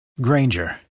Granger